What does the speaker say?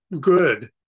good